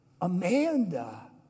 Amanda